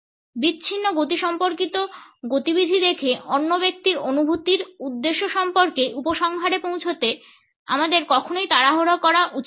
বিচ্ছিন্ন গতিসম্পর্কিত গতিবিধি দেখে অন্য ব্যক্তির অনুভূতির উদ্দেশ্য সম্পর্কে উপসংহারে পৌঁছাতে আমাদের কখনই তাড়াহুড়ো করা উচিত নয়